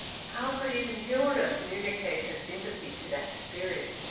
how could even hilda communicate her sympathy to that spirit,